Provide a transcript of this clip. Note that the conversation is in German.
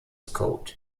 code